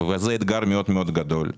זה אתגר מאוד גדול.